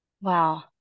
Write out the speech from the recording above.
Wow